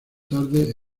tarde